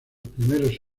primeros